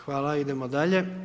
Hvala idemo dalje.